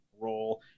role